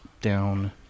down